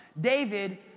David